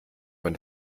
von